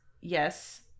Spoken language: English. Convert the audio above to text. Yes